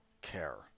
care